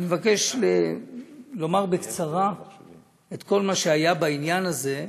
אני מבקש לומר בקצרה את כל מה שהיה בעניין הזה.